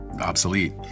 obsolete